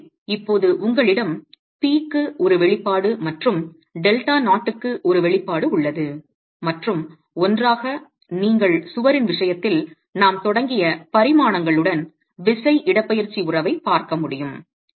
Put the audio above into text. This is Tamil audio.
எனவே இப்போது உங்களிடம் P க்கு ஒரு வெளிப்பாடு மற்றும் Δ0 க்கு ஒரு வெளிப்பாடு உள்ளது மற்றும் ஒன்றாக நீங்கள் சுவரின் விஷயத்தில் நாம் தொடங்கிய பரிமாணங்களுடன் விசை இடப்பெயர்ச்சி உறவைப் பார்க்க முடியும்